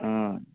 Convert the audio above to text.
ஆ